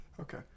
Okay